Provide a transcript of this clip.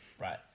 right